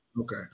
okay